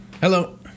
Hello